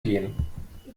gehen